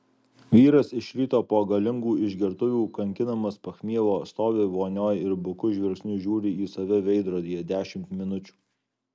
vyras iš ryto po galingų išgertuvių kankinamas pachmielo stovi vonioj ir buku žvilgsniu žiūri į save veidrodyje dešimt minučių